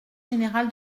général